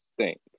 stinks